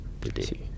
today